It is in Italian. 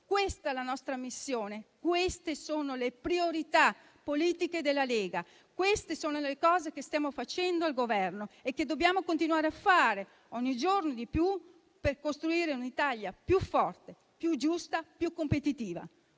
questa è la nostra missione, queste sono le priorità politiche della Lega, queste sono le cose che stiamo facendo al Governo e che dobbiamo continuare a fare ogni giorno di più per costruire un'Italia più forte, più giusta, più competitiva,